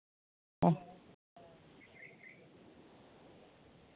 ᱦᱮᱸ